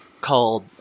called